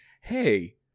hey